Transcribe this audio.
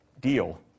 deal